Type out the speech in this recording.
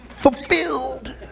fulfilled